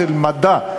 של מדע,